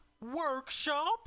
Workshop